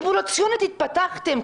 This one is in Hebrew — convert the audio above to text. אבולוציונית התפתחתם,